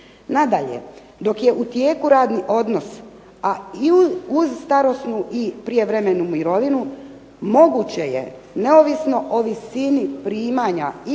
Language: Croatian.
Nadalje, dok je u tijeku radni odnos a i uz starosnu i prijevremenu mirovinu moguće je neovisno o visini primanja i